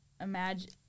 imagine